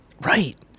right